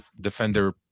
defender